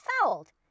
fouled